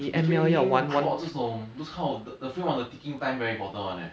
有 pinning clock 这种 those kind of the the frame of the ticking time very important on leh